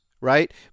right